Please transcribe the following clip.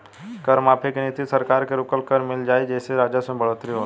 कर माफी के नीति से सरकार के रुकल कर मिल जाला जेइसे राजस्व में बढ़ोतरी होला